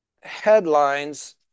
headlines